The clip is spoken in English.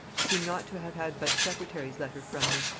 seem not to have had but secretary's letter from me.